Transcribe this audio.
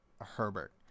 Herbert